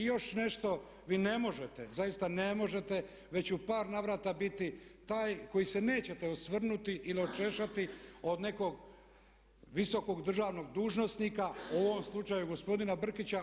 I još nešto, vi ne možete, zaista ne možete već u par navrata biti taj koji se nećete osvrnuti ili očešati o nekog visokog državnog dužnosnika u ovom slučaju gospodina Brkića.